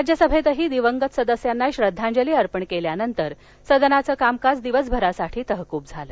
राज्यसभेतही दिवंगत सदस्यांना श्रद्धांजली अर्पण केल्यानंतर सदनाचं कामकाज दिवसभरासाठी तहकूब करण्यात आलं